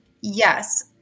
Yes